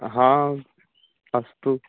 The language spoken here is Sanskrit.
हा अस्तु